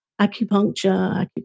acupuncture